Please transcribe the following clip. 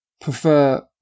prefer